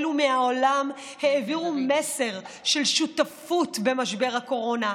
ומהעולם העבירו מסר של שותפות במשבר הקורונה,